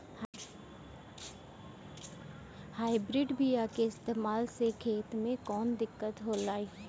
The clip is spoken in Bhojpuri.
हाइब्रिड बीया के इस्तेमाल से खेत में कौन दिकत होलाऽ?